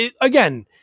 again